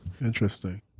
Interesting